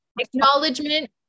acknowledgement